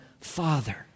Father